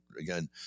again